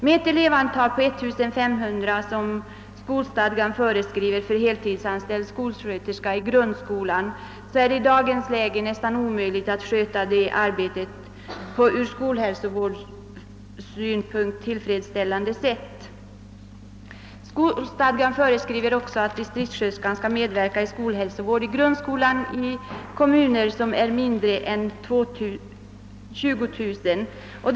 Med det elevantal som i skolstadgan föreskrivs för = heltidsanställd skolsköterska i grundskolan, 1500 elever, är det i dag nästan omöjligt för henne att sköta sitt arbete på ett från skolhälsovårdssynpunkt tillfredsställande sätt. I skolstadgan föreskrivs också att distriktssköterskan i kommuner med mindre än 20000 invånare skall medverka i hälsovårdsarbetet inom grundskolan.